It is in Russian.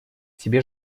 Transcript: тебе